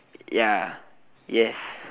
ya yes